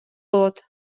болот